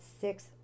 six